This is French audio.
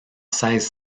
seize